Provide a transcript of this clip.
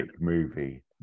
movie